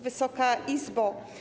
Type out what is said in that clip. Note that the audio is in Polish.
Wysoka Izbo!